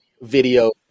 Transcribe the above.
video